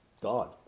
God